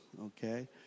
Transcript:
okay